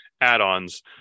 add-ons